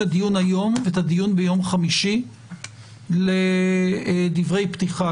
הדיון היום ואת הדיון ביום חמישי לדברי פתיחה,